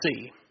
see